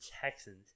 Texans